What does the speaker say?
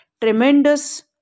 tremendous